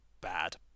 Bad